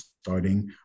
starting